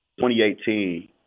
2018